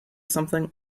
something